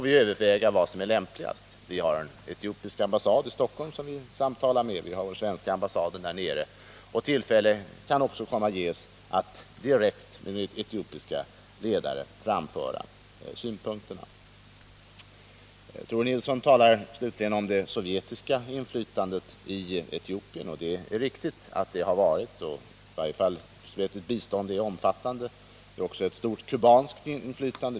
Vi har den etiopiska ambassaden i Stockholm som vi kan samtala med, vi har den svenska ambassaden där nere, och tillfälle kan även ges att framföra synpunkterna direkt till etiopiska ledare. Tore Nilsson talar slutligen om det sovjetiska inflytandet i Etiopien. Det är riktigt att det har varit stort — i varje fall är det sovjetiska biståndet omfattande. Det finns också ett stort kubanskt inflytande.